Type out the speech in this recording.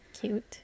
Cute